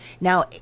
Now